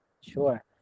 sure